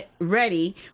ready